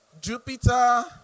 Jupiter